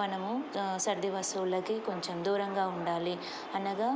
మనము సర్ది వస్తువులకి కొంచెం దూరంగా ఉండాలి అనగా